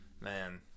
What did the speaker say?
man